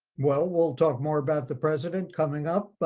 well, we'll talk more about the president coming up.